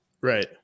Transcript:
Right